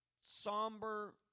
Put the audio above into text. somber